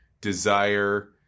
desire